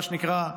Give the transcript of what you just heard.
מה שנקרא,